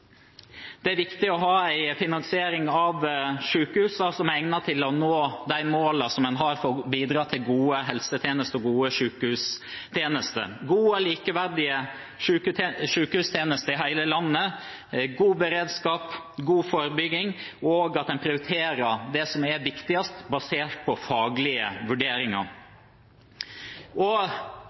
Det er viktig å ha en finansiering av sykehusene som er egnet til å nå de målene en har for å bidra til gode helsetjenester og gode sykehustjenester – gode og likeverdige sykehustjenester i hele landet, god beredskap, god forebygging og at en prioriterer det som er viktigst, basert på faglige vurderinger.